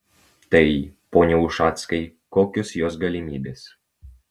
tai pone ušackai kokios jos galimybės